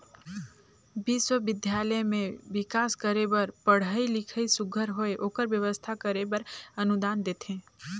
बिस्वबिद्यालय में बिकास करे बर पढ़ई लिखई सुग्घर होए ओकर बेवस्था करे बर अनुदान देथे